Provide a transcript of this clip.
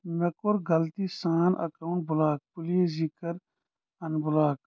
مےٚ کوٚر غلطی سان اکاونٹ بلاک پلیز یہِ کَر ان بلاک